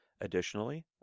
Additionally